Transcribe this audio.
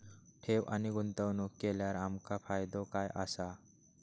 ठेव आणि गुंतवणूक केल्यार आमका फायदो काय आसा?